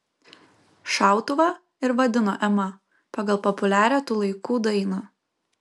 šautuvą ir vadino ema pagal populiarią tų laikų dainą